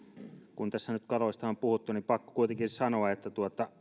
kun tässä nyt kaloista on puhuttu niin on pakko kuitenkin sanoa että